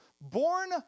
born